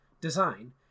design